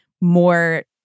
more